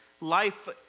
life